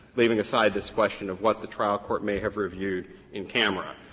leaving aside this question of what the trial court may have reviewed in camera.